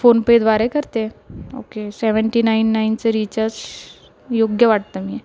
फोनपेद्वारे करते okay seventy nine नाईनचं रिचार्ज योग्य वाटतं मी